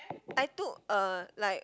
I took a like